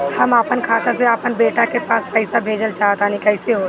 हम आपन खाता से आपन बेटा के पास पईसा भेजल चाह तानि कइसे होई?